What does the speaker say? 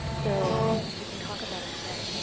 so we can talk about a set,